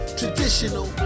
traditional